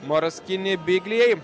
moras kini biglijai